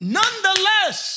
nonetheless